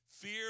Fear